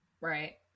Right